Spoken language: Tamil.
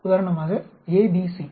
உதாரணமாக A B C